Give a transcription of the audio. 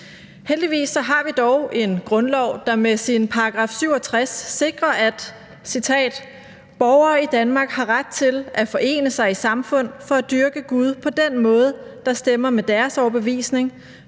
Heldigvis har vi en grundlov, der med sin § 67 sikrer, at: »Borgerne har ret til at forene sig i samfund for at dyrke Gud på den måde, der stemmer med deres overbevisning,